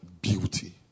beauty